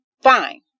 fine